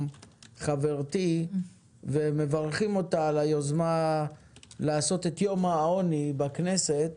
חברתי ומברכים אותה על היוזמה לעשות את יום העוני בכנסת.